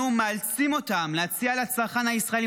אנחנו מאלצים אותם להציע לצרכן הישראלי